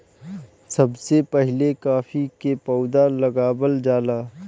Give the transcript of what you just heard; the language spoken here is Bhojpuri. सबसे पहिले काफी के पौधा लगावल जाला